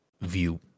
view